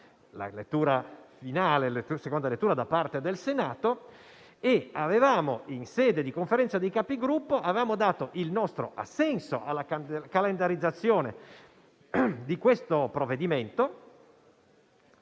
alla seconda lettura da parte del Senato. In sede di Conferenza dei Capigruppo avevamo dato il nostro assenso alla calendarizzazione di questo provvedimento